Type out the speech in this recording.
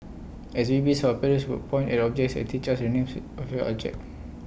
as babies our parents would point at objects and teach us the names of your object